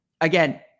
Again